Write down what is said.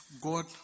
God